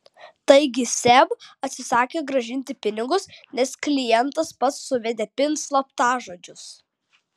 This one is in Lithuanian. taigi seb atsisakė grąžinti pinigus nes klientas pats suvedė pin slaptažodžius